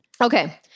Okay